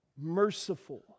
merciful